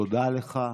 תודה לך.